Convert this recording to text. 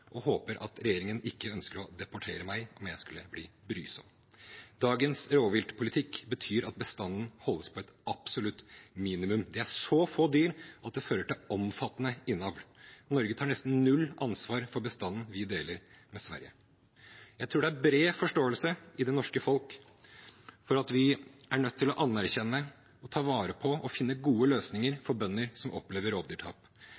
og håper at regjeringen ikke ønsker å deportere meg om jeg skulle bli brysom. Dagens rovviltpolitikk betyr at bestanden holdes på et absolutt minimum. Det er så få dyr at det fører til omfattende innavl. Norge tar nesten null ansvar for bestanden vi deler med Sverige. Jeg tror det er bred forståelse i det norske folk for at vi er nødt til å anerkjenne, ta vare på og finne gode